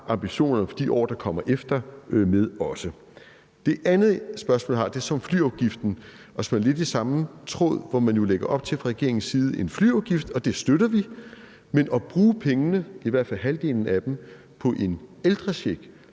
ambitionerne for de år, der kommer efter, med. Det andet spørgsmål, jeg har, er så om flyafgiften, og det er lidt i samme tråd, fordi man jo fra regeringens side lægger op til en flyafgift, og det støtter vi. Men hvad er logikken i at bruge pengene, i hvert fald halvdelen af dem, på en ældrecheck